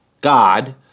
God